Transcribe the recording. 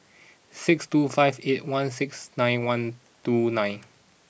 six two five eight one six nine one two nine